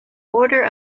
order